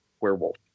werewolf